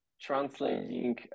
translating